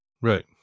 Right